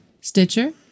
Stitcher